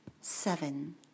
seven